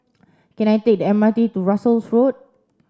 can I take the M R T to Russels Road